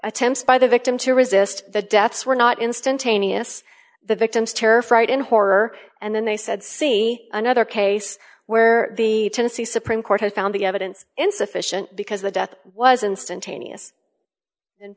attempts by the victim to resist the deaths were not instantaneous the victims terrified in horror and then they said see another case where the tennessee supreme court has found the evidence insufficient because the death was instantaneous and